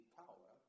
power